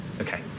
Okay